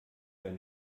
einen